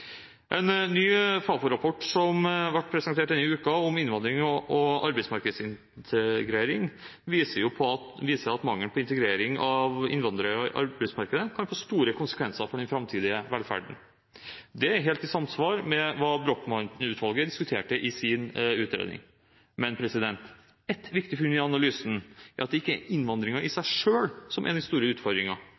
En ny Fafo-rapport som ble presentert denne uken, om innvandring og arbeidsmarkedsintegrering, viser at mangel på integrering av innvandrere i arbeidsmarkedet kan få store konsekvenser for den framtidige velferden. Det er helt i samsvar med det Brochmann-utvalget diskuterte i sin utredning. Men ett viktig funn i analysen er at det ikke er innvandringen i seg selv som er den store